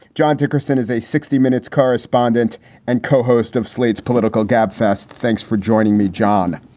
john dickerson is a sixty minutes correspondent and co-host of slate's political gabfest. thanks for joining me, john.